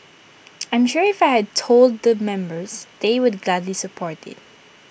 I'm sure if I had told the members they would gladly support IT